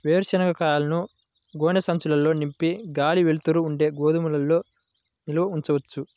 వేరుశనగ కాయలను గోనె సంచుల్లో నింపి గాలి, వెలుతురు ఉండే గోదాముల్లో నిల్వ ఉంచవచ్చా?